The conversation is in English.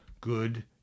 good